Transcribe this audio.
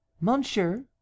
monsieur